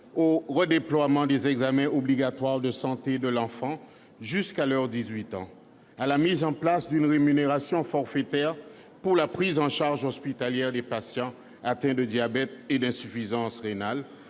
au redéploiement des examens obligatoires de santé de l'enfant jusqu'à ses 18 ans, à la mise en place d'une rémunération forfaitaire pour la prise en charge hospitalière de patients atteints de diabète et d'insuffisance rénale,